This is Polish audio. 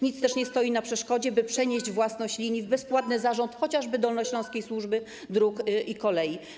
Nic też nie stoi na przeszkodzie, by przenieść własność linii w bezpłatny zarząd chociażby Dolnośląskiej Służby Dróg i Kolei.